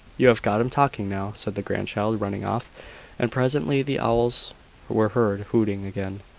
you have got him talking now, said the grandchild, running off and presently the owls were heard hooting again.